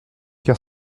car